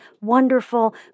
wonderful